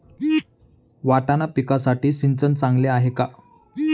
वाटाणा पिकासाठी सिंचन चांगले आहे का?